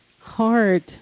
hard